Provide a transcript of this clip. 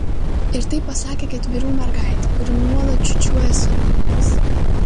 ir tai pasakė ketverių mergaitė kuri nuolat čiūčiuoja savo lėles